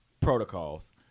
protocols